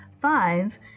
Five